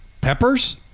Peppers